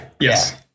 yes